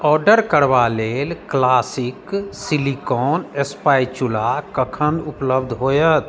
order करबा लेल classic silicone spatula कखन उपलब्ध होएत